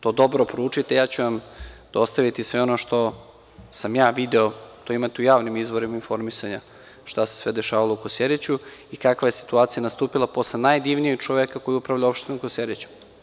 To dobro proučite, a ja ću vam dostaviti sve ono što sam ja video i to imate u javnim izvorima informisanja šta se sve dešavalo u Kosjeriću i kakva je situacija nastupila posle najdivnijeg čoveka koji je upravljao opštinom Kosjerić.